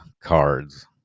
cards